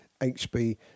HB